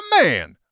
man